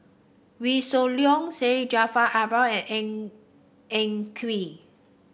Wee Shoo Leong Syed Jaafar Albar and Ng Eng Kee